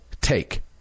take